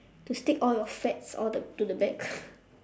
to stick all your fats all the to the back